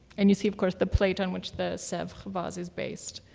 and you see of course, the plate on which the sevres vase is based.